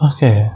Okay